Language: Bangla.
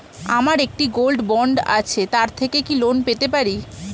আমার একটি গোল্ড বন্ড আছে তার থেকে কি লোন পেতে পারি?